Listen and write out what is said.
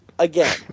Again